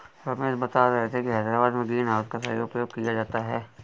रमेश बता रहे थे कि हैदराबाद में ग्रीन हाउस का सही उपयोग किया जाता है